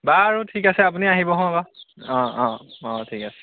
বাৰু ঠিক আছে আপুনি আহিব হঁ বা অঁ অঁ অঁ ঠিক আছে